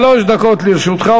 שלוש דקות לרשותך.